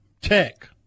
Tech